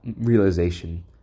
realization